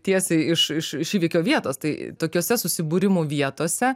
tiesiai iš iš iš įvykio vietos tai tokiuose susibūrimų vietose